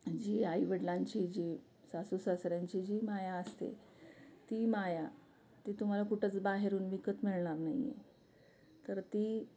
जी आई वडिलांची जी सासू सासऱ्यांची जी माया असते ती माया ती तुम्हाला कुठंच बाहेरून विकत मिळणार नाही आहे तर ती